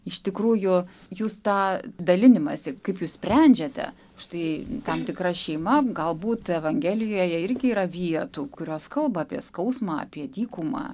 iš tikrųjų jūs tą dalinimąsi kaip jūs sprendžiate štai tam tikra šeima galbūt evangelijoje irgi yra vietų kurios kalba apie skausmą apie dykumą